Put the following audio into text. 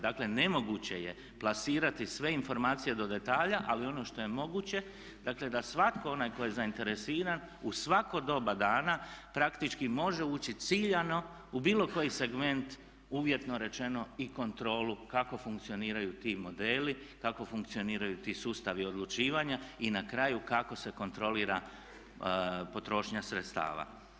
Dakle, ne moguće je plasirati sve informacije do detalja, ali ono što je moguće dakle da svatko onaj tko je zainteresiran u svako doba dana praktički može ući ciljano u bilo koji segment uvjetno rečeno i kontrolu kako funkcioniraju ti modeli, kako funkcioniraju ti sustavi odlučivanja i na kraju kako se kontrolira potrošnja sredstava.